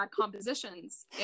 compositions